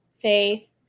faith